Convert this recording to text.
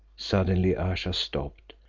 suddenly ayesha stopped,